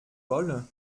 wolle